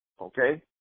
Okay